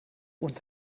unter